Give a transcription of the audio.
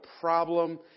problem